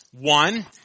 One